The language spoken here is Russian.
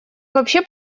вообще